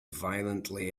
violently